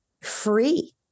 free